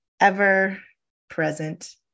ever-present